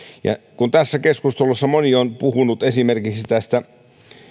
kun tässä keskustelussa moni on puhunut esimerkiksi tästä